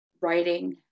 writing